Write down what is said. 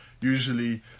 Usually